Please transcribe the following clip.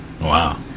Wow